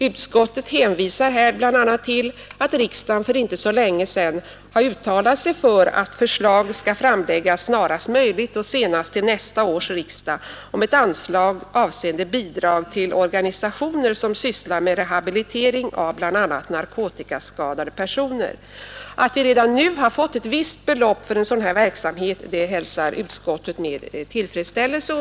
Utskottet hänvisar här bl.a. till att riksdagen för inte så länge sedan uttalat sig för att det snarast möjligt och senast till nästa års riksdag skall framläggas förslag om ett anslag avseende bidrag till organisationer som sysslar med rehabilitering av bl.a. narkotikaskadade personer. Att ett visst belopp redan nu ställs till förfogande för sådan verksamhet hälsar utskottet med tillfredsställelse.